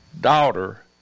daughter